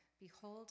Behold